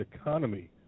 economy